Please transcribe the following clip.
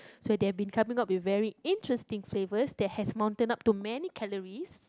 so they have been coming up with very interesting flavours that has mountain up to many calories